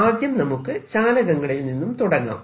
ആദ്യം നമുക്ക് ചാലകങ്ങളിൽ നിന്നും തുടങ്ങാം